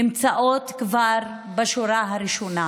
נמצא כבר בשורה הראשונה,